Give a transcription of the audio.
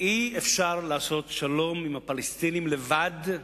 אי-אפשר לעשות שלום עם הפלסטינים לבד.